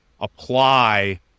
apply